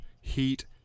Heat